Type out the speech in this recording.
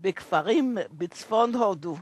בכפרים בצפון הודו,